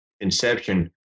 inception